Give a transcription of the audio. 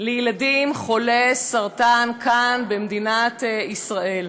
לילדים חולי סרטן כאן במדינת ישראל?